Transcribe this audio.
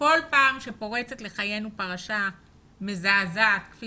כל פעם שפורצת לחיינו פרשה מזעזעת כפי